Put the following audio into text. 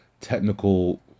technical